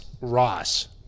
Ross